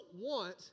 want